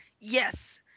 Yes